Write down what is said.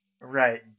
Right